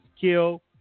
kill